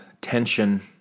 tension